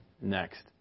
next